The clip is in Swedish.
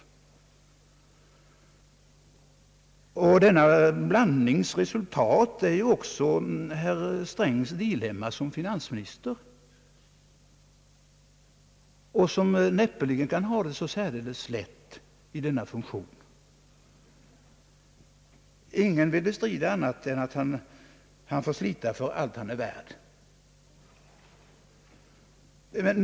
Resultatet av denna blandekonomi är också herr Strängs dilemma som finansminister. Herr Sträng kan näppeligen ha det särdeles lätt i denna funktion. Ingen vill bestrida att finansministern får slita för allt vad han är värd.